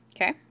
Okay